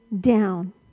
down